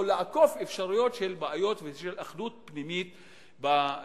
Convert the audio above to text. לעקוף אפשרויות של בעיות ושל אחדות פנימית בליכוד.